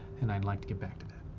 and i'd like to get back to that.